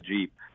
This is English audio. Jeep